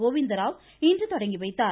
கோவிந்தராவ் இன்று தொடங்கி வைத்தார்